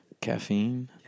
Caffeine